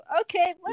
Okay